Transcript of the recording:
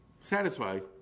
satisfied